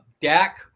Dak